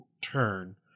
turn